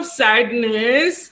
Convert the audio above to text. sadness